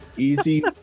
Easy